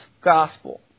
gospel